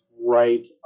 right